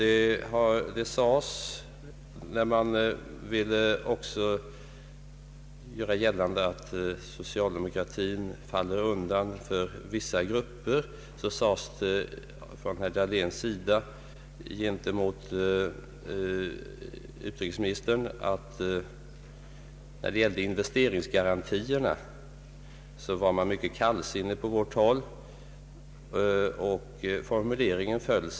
När herr Dahlén ville göra gällande att socialdemokratin faller undan för vissa grupper sade han gentemot utrikesministern att vi är mycket kallsinniga på vårt håll beträffande investeringsgarantierna.